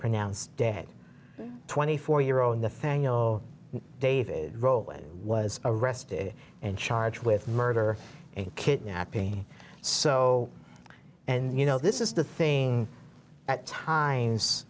pronounced dead twenty four year old nathaniel davis roland was arrested and charged with murder and kidnapping so and you know this is the thing at times